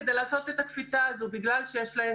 כדי לעשות את הקפיצה הזו בגלל שיש להן